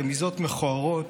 רמיזות מכוערות